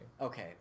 Okay